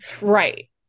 Right